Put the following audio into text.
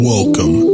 Welcome